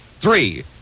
three